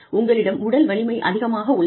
உங்களிடம் உடல் வலிமை அதிகமாக உள்ளது